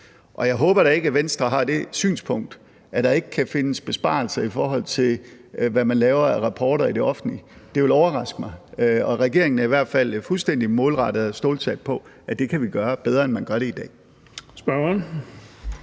Jeg håber da ikke, at Venstre har det synspunkt, at der ikke kan findes besparelser, i forhold til hvad man laver af rapporter i det offentlige. Det ville overraske mig, og regeringen er i hvert fald fuldstændig målrettet og stålsat på, at det kan vi gøre bedre, end man gør det i dag.